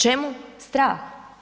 Čemu strah?